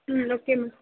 ம் okay ma'am